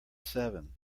seven